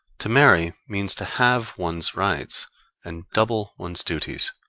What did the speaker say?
to marry means to halve one's rights and double one's duties.